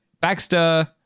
Baxter